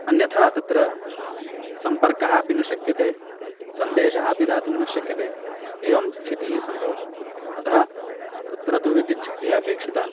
अन्यथा तत्र सम्पर्कः अपि न शक्यते सन्देशः अपि दातुं न शक्यते एवं स्थितिः सम्भवति अतः तत्र तु विद्युच्छक्तिः अपेक्षिता